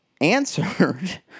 answered